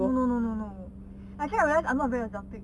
no no no no no actually I realised I not very exotic